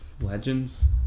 Legends